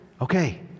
Okay